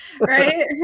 right